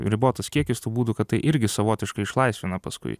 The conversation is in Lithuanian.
ribotas kiekis tų būdų kad tai irgi savotiškai išlaisvina paskui